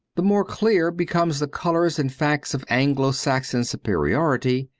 the more clear become the colours and facts of anglo-saxon superiority,